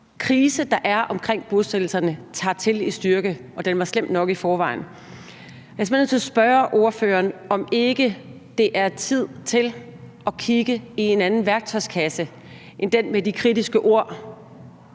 krise, der er omkring bosættelserne, tager til i styrke, og den var slem nok i forvejen. Jeg er simpelt hen nødt til at spørge ordføreren, om det ikke er tid til at kigge i en anden værktøjskasse end den med de kritiske ord.